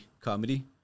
comedy